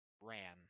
ran